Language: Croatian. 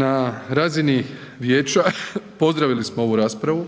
Na razini vijeća pozdravili smo ovu raspravu